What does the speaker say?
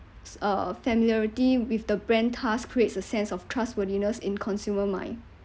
uh familiarity with the brand task creates a sense of trustworthiness in consumer mind